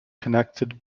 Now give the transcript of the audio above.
connected